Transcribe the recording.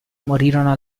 morirono